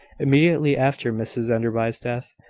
immediately after mrs enderby's death,